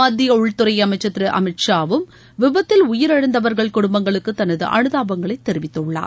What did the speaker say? மத்திய உள்துறை அமைச்சர் திரு அமித் ஷாவும் விபத்தில் உயிரிழந்தவர்கள் குடும்பங்களுக்கு தனது அனுதாபங்களை தெரிவித்துள்ளார்